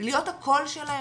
להיות הקול שלהם,